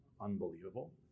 unbelievable